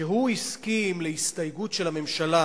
שהוא הסכים להסתייגות של הממשלה